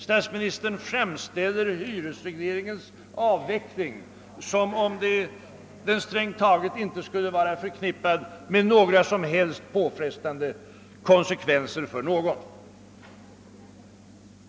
Statsministern framställer hyresregleringens avveckling som om den strängt taget inte skulle vara förknippad med några som helst påfrestande konsekvenser för någon.